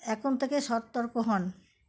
এখন থেকে সতর্ক হন